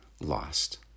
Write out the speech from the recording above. lost